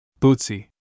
Bootsy